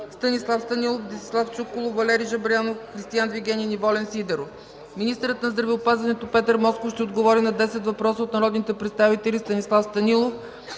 Станислав Станилов, Десислав Чуколов, Валери Жаблянов, Кристиан Вигенин, и Волен Сидеров; - министърът на здравеопазването Петър Москов ще отговори на 10 въпроса от народните представители Станислав Станилов,